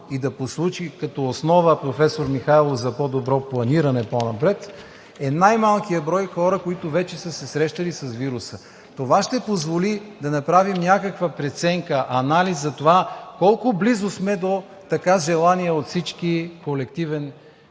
и да послужи като основа, професор Михайлов, за по-добро планиране по-напред, е най-малкият брой хора, които вече са се срещали с вируса. Това ще позволи да направим някаква преценка, анализ за това колко близо сме до така желания от всички колективен